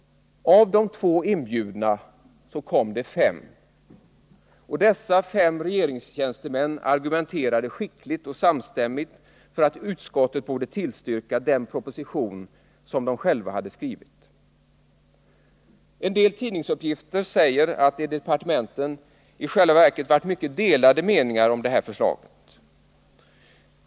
Av de två inbjudna kom det fem. Och dessa fem regeringstjänstemän argumenterade skickligt och samstämmigt för att utskottet borde tillstyrka den proposition som de själva hade skrivit. En del tidningsuppgifter säger att det i departementen i själva verket varit mycket delade meningar om detta förslag.